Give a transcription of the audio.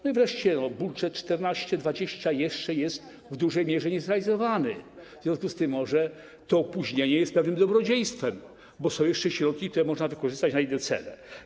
No i wreszcie budżet na lata 2014–2020 jeszcze jest w dużej mierze niezrealizowany, w związku z czym może to opóźnienie jest pewnym dobrodziejstwem, bo są jeszcze środki, które można wykorzystać na inne cele.